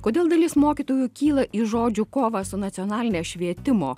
kodėl dalis mokytojų kyla į žodžių kovą su nacionaline švietimo